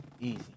easy